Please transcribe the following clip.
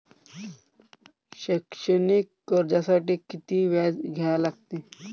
शैक्षणिक कर्जासाठी किती व्याज द्या लागते?